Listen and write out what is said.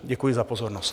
Děkuji za pozornost.